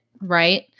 right